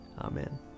Amen